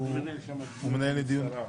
הוא מנהל --- הוא חייב להגיע?